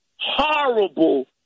horrible